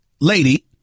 lady